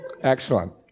Excellent